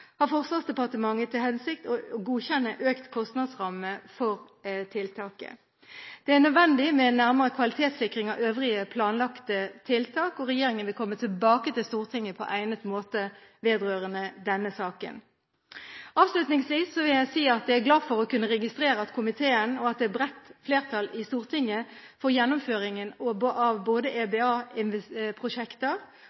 har Forsvarsdepartementet til hensikt å godkjenne økt kostnadsramme for tiltaket. Det er nødvendig med en nærmere kvalitetssikring av øvrige planlagte tiltak, og regjeringen vil komme tilbake til Stortinget på egnet måte vedrørende denne saken. Avslutningsvis vil jeg si at jeg er glad for å kunne registrere at det er bredt flertall i komiteen og i Stortinget for gjennomføringen av både